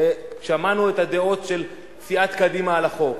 שמענו את הדעות של סיעת קדימה על החוק.